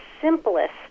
simplest